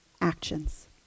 actions